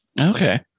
Okay